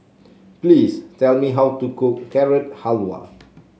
please tell me how to cook Carrot Halwa